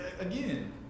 again